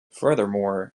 furthermore